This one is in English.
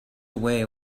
away